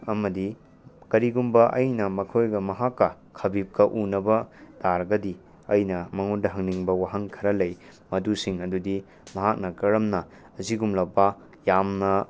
ꯑꯃꯗꯤ ꯀꯔꯤꯒꯨꯝꯕ ꯑꯩꯅ ꯃꯈꯣꯏꯒ ꯃꯍꯥꯛꯀꯥ ꯈꯥꯕꯤꯕꯀꯥ ꯎꯅꯕ ꯇꯥꯔꯒꯗꯤ ꯑꯩꯅ ꯃꯥꯉꯣꯟꯗ ꯍꯪꯅꯤꯡꯕ ꯋꯥꯍꯪ ꯈꯔꯥ ꯂꯩ ꯃꯗꯨꯁꯤꯡ ꯑꯗꯨꯗ ꯃꯍꯥꯛꯅ ꯀꯔꯝꯅ ꯑꯁꯤꯒꯨꯝꯂꯕ ꯌꯥꯝꯅ